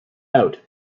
out